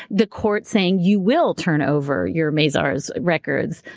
the court saying, you will turn over your mazars records,